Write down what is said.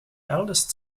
eldest